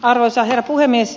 arvoisa herra puhemies